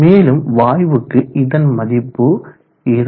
மேலும் வாயுக்கு இதன் மதிப்பு 2